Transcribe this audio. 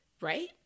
right